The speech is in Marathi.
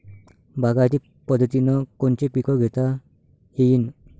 बागायती पद्धतीनं कोनचे पीक घेता येईन?